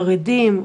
חרדים,